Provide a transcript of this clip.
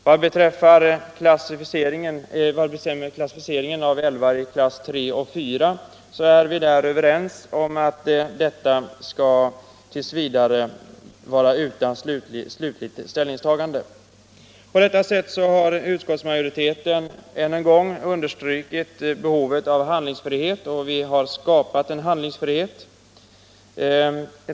Vad beträffar klassificeringen av älvar i klasserna 3 och 4 är vi överens om att den t.v. kan vara utan slutligt ställningstagande. På detta sätt har utskottsmajoriteten ännu en gång understrukit behovet av handlingsfrihet, och vi har skapat en handlingsfrihet.